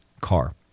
car